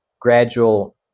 gradual